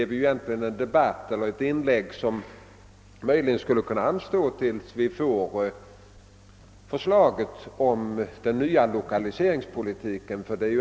Vi fick höra ett inlägg som borde ha kunnat anstå tills vi skall behandla förslaget om den nya lokaliseringspolitiken.